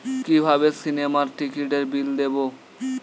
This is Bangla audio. কিভাবে সিনেমার টিকিটের বিল দেবো?